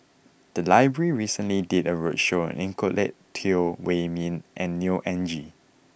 the library recently did a roadshow on Nicolette Teo Wei min and Neo Anngee